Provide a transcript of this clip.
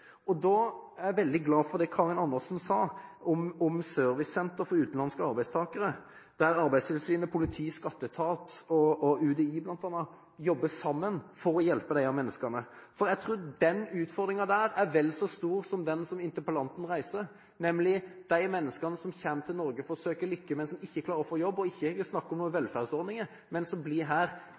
er jeg veldig glad for det Karin Andersen sa om servicesenter for utenlandske arbeidstakere, der Arbeidstilsynet, politi, skattetat og bl.a. UDI jobber sammen for å hjelpe disse menneskene. Jeg tror denne utfordringen, nemlig de menneskene som kommer til Norge for å søke lykken, men som ikke klarer å få jobb – og da er det ikke snakk om noen velferdsordninger – og som blir her